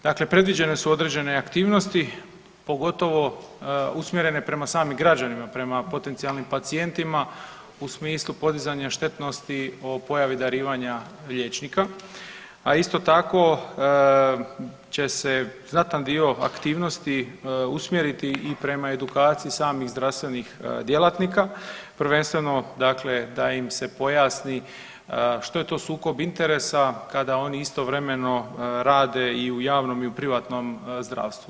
Dakle predviđene su određene aktivnosti, pogotovo usmjerene prema samim građanima, prema potencijalnim pacijentima u smislu podizanja štetnosti o pojavi darivanja liječnika, a isto tako će se znatan dio aktivnosti usmjeriti i prema edukaciji samih zdravstvenih djelatnika, prvenstveno dakle da im se pojasni što je to sukob interesa kada oni istovremeno rade i u javnom i u privatnom zdravstvu.